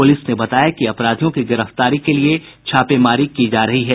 police ने बताया कि अपराधियों की गिरफ्तारी के लिये छापेमारी की जा रही है